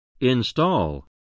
Install